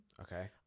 Okay